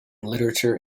literature